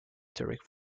theoretic